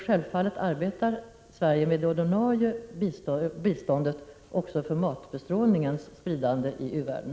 Självfallet arbetar Sverige med det ordinarie biståndet också för matbestrålningens spridande i u-världen.